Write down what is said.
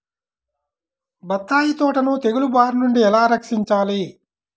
బత్తాయి తోటను తెగులు బారి నుండి ఎలా రక్షించాలి?